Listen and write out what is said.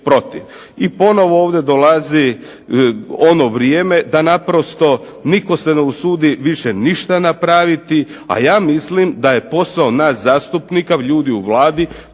I ponovno ovdje dolazi ono vrijeme da naprosto nitko se ne usudi više ništa napraviti, a ja mislim da je posao nas zastupnika, ljudi u Vladi,